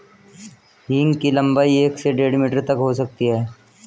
हींग की लंबाई एक से डेढ़ मीटर तक हो सकती है